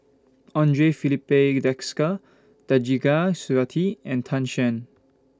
Andre Filipe Desker Khatijah Surattee and Tan Shen